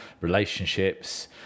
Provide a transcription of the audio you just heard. relationships